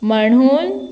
म्हणून